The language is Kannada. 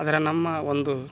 ಆದರೆ ನಮ್ಮ ಒಂದು